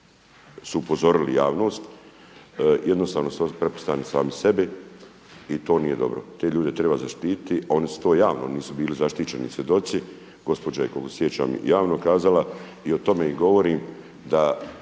su upozorili javnost, jednostavno su prepušteni sami sebi i to nije dobro. Te ljude treba zaštititi. Oni su to javno, nisu bili zaštićeni svjedoci. Gospođa je koliko se sjećam javno kazala i o tome i govorim da